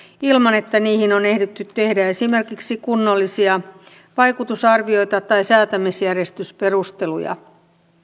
ilman että niihin on ehditty tehdä esimerkiksi kunnollisia vaikutusarvioita tai säätämisjärjestysperusteluja